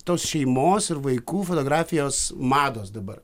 tos šeimos ir vaikų fotografijos mados dabar